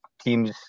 teams